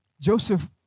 Joseph